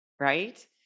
right